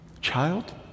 child